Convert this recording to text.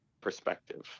perspective